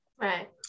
Right